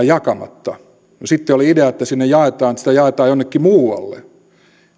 jakamatta no sitten oli idea että sitä jaetaan jonnekin muualle